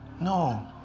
No